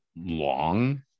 long